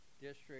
District